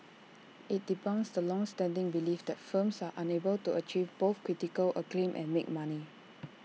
IT debunks the long standing belief that films are unable to achieve both critical acclaim and make money